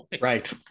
right